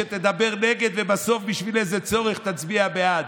שתדבר נגד ובסוף בשביל איזה צורך תצביע בעד.